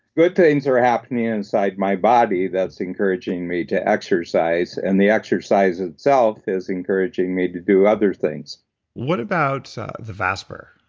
good things are happening inside my body that's encouraging me to exercise, and the exercise itself is encouraging me to do other things what about the vasper?